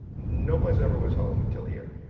no place ever was home until here.